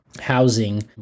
housing